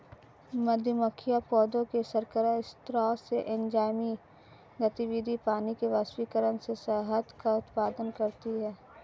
मधुमक्खियां पौधों के शर्करा स्राव से, एंजाइमी गतिविधि, पानी के वाष्पीकरण से शहद का उत्पादन करती हैं